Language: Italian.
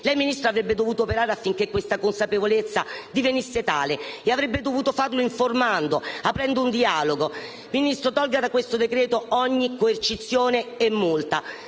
lei, Ministro, avrebbe dovuto operare affinché questa consapevolezza divenisse tale. E avrebbe dovuto farlo informando, aprendo un dialogo. Ministro, tolga da questo decreto ogni coercizione e multa.